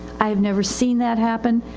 i have never seen that happen,